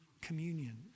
communion